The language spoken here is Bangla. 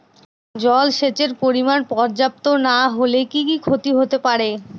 জলসেচের পরিমাণ পর্যাপ্ত না হলে কি কি ক্ষতি হতে পারে?